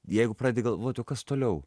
jeigu pradedi galvot o kas toliau